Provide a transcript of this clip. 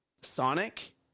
sonic